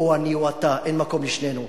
או אני או אתה, אין מקום לשנינו.